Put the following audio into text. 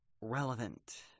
relevant